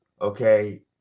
okay